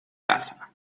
casa